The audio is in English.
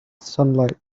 sunlight